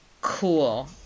cool